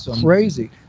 crazy